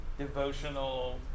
devotional